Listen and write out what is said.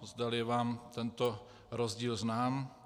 Zdali je vám tento rozdíl znám.